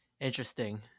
Interesting